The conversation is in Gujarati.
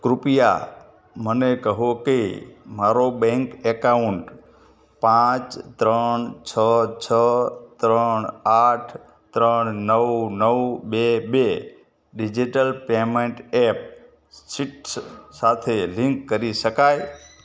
કૃપયા મને કહો કે મારો બૅન્ક અકાઉન્ટ પાંચ ત્રણ છ છ ત્રણ આઠ ત્રણ નવ નવ બે બે ડીજિટલ પેમેંટ એપ સીટ્સ સાથે લીંક કરી શકાય